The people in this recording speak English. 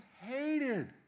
hated